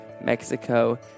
Mexico